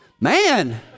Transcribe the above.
Man